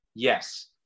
Yes